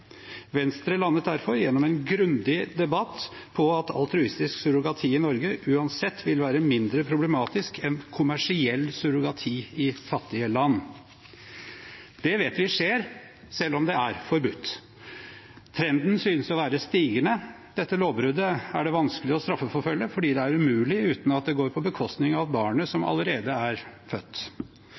Venstre landet derfor gjennom en grundig debatt på at altruistisk surrogati i Norge uansett vil være mindre problematisk enn kommersiell surrogati i fattige land. Det vet vi skjer, selv om det er forbudt. Trenden synes å være stigende. Dette lovbruddet er det vanskelig å straffeforfølge, fordi det er umulig uten at det går på bekostning av barnet som allerede er født.